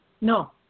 No